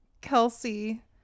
Kelsey